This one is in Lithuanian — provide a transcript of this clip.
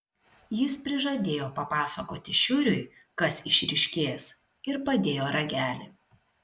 jis prižadėjo papasakoti šiuriui kas išryškės ir padėjo ragelį